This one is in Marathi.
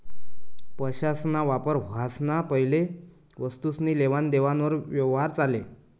पैसासना वापर व्हवाना पैले वस्तुसनी लेवान देवान वर यवहार चाले